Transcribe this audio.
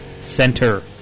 center